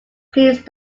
please